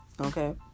okay